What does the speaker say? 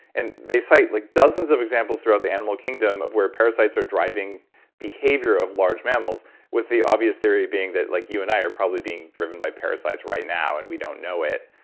and they cite like dozens of examples throughout the animal kingdom of where parasites are driving behavior of large mammals with the obvious theory being that like you and i are probably being driven by parasites right now and we don't know it.